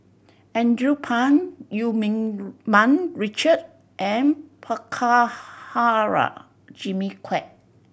Andrew Phang Eu Meng Mun Richard and Prabhakara Jimmy Quek